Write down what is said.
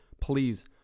Please